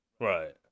Right